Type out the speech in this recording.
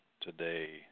today